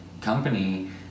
company